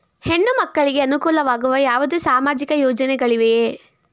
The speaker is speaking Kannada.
ಹೆಣ್ಣು ಮಕ್ಕಳಿಗೆ ಅನುಕೂಲವಾಗುವ ಯಾವುದೇ ಸಾಮಾಜಿಕ ಯೋಜನೆಗಳಿವೆಯೇ?